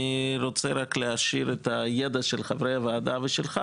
אני רק רוצה להעשיר את הידע של חברי הוועדה ושלך